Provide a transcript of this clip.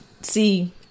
see